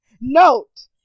note